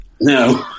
No